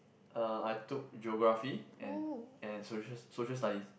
uh I took Geography and and social Social Studies